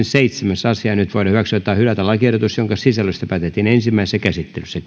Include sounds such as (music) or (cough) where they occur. (unintelligible) seitsemäs asia nyt voidaan hyväksyä tai hylätä lakiehdotus jonka sisällöstä päätettiin ensimmäisessä käsittelyssä (unintelligible)